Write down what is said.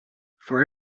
for